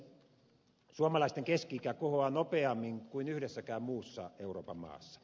suomalaisten keski ikä kohoaa nopeammin kuin yhdessäkään muussa euroopan maassa